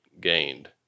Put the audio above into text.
gained